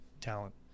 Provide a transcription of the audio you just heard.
talent